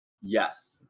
Yes